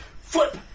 Flip